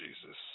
Jesus